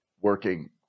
working